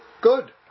good